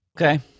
Okay